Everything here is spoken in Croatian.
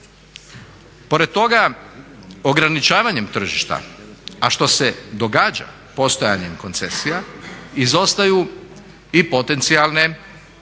Pored toga, ograničavanjem tržišta, a što se događa postojanjem koncesija izostaju i potencijalne privatne